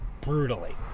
Brutally